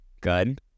Good